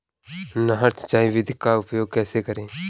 नहर सिंचाई विधि का उपयोग कैसे करें?